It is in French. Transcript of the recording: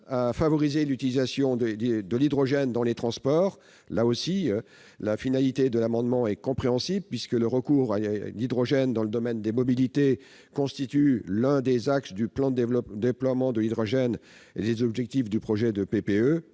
à favoriser l'utilisation de l'hydrogène dans les transports. Sa finalité est compréhensible, puisque le recours à l'hydrogène dans le domaine des mobilités constitue l'un des axes du plan de déploiement de l'hydrogène et figure parmi les objectifs du projet de PPE.